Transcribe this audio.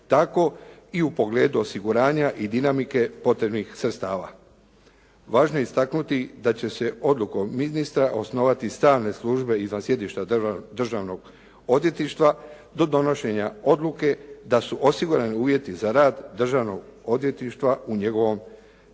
tako i u pogledu osiguranja i dinamike potrebnih sredstava. Važno je istaknuti da će se odlukom ministra osnovati stalne službe izvan sjedišta državnog odvjetništva do donošenja odluke da su osigurani uvjeti za rad državnog odvjetništva u njegovom sjedištu.